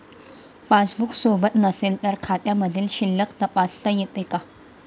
Passbook सोबत नसेल तर खात्यामधील शिल्लक तपासता येते का?